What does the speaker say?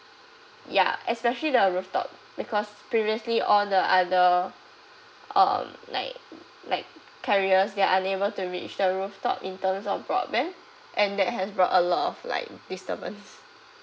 ya especially the rooftop because previously all the other uh like like carriers they're unable to reach the rooftop in terms of broadband and that has brought a lot of like disturbance